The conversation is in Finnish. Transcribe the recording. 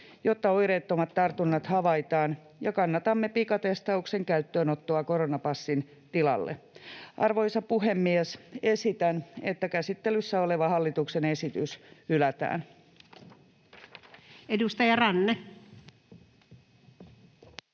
jotta oireettomat tartunnat havaitaan, ja kannatamme pikatestauksen käyttöönottoa koronapassin tilalle. Arvoisa puhemies! Esitän, että käsittelyssä oleva hallituksen esitys hylätään. [Speech 16]